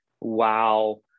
Wow